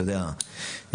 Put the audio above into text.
אתה יודע,